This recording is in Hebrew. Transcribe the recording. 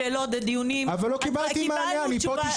לשאלות לדיונים- -- אבל לא קיבלתי תשובות.